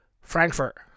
Frankfurt